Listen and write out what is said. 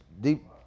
deep